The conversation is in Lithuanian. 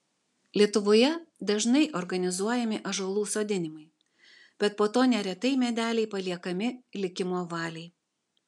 lietuvoje dažnai organizuojami ąžuolų sodinimai bet po to neretai medeliai paliekami likimo valiai